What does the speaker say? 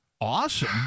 awesome